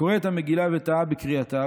"הקורא את המגילה וטעה בקריאתה,